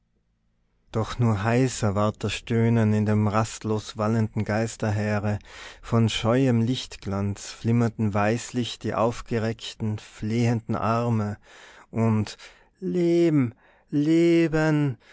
doch nur heißer ward das stöhnen in dem rastlos wallenden geisterheere von scheuem lichtglanz flimmerten weißlich die aufgereckten flehenden arme und leben leben